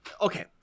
Okay